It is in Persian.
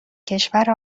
کشور